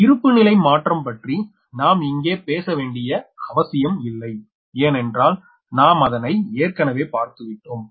இருப்பிநிலை மாற்றம் பற்றி நாம் இங்கு பேச வேண்டிய அவசியமில்லை ஏனென்றால் நாம் அதனை ஏற்கனவே பார்த்து விட்டோம்